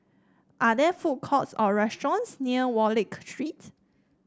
are there food courts or restaurants near Wallich Street